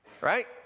right